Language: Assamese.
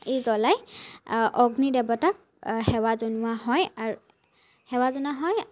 জ্ৱলাই অগ্নি দেৱতাক সেৱা জনোৱা হয় সেৱা জনোৱা হয়